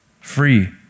free